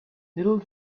little